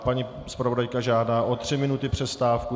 Paní zpravodajka žádá o tři minuty na přestávku.